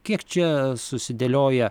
kiek čia susidėlioja